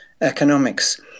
economics